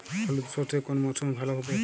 হলুদ সর্ষে কোন মরশুমে ভালো হবে?